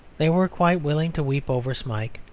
they were quite willing to weep over smike.